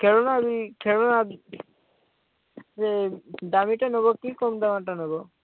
ଖେଳଣା ବି ଖେଳଣା ଯେ ଦାମୀଟା ନେବ କି କମ୍ ଦାମ୍ଟା ନେବ